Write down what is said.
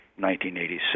1986